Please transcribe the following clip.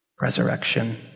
resurrection